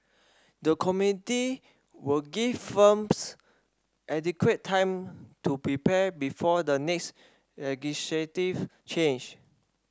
the committee will give firms adequate time to prepare before the next legislative change